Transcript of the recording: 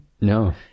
No